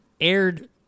aired